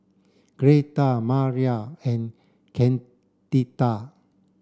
Gretta Maria and Candida